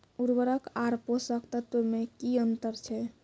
उर्वरक आर पोसक तत्व मे की अन्तर छै?